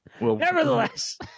nevertheless